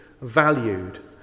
valued